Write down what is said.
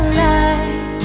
light